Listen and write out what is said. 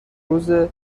روز